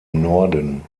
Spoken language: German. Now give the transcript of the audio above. norden